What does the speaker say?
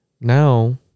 now